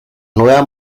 nueva